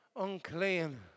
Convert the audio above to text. unclean